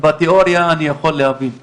בתיאוריה אני יכול להבין למה,